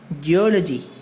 geology